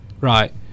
Right